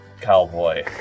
Cowboy